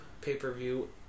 pay-per-view